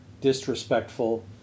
disrespectful